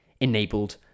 enabled